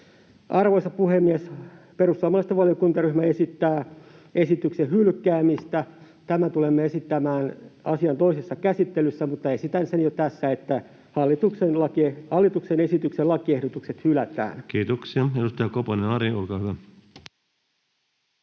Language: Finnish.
Arvoisa puhemies! Perussuomalaisten valiokuntaryhmä esittää esityksen hylkäämistä. Tämän tulemme esittämään asian toisessa käsittelyssä, mutta esitän jo tässä, että hallituksen esityksen lakiehdotukset hylätään. Kiitoksia. — Edustaja Koponen, Ari, olkaa hyvä.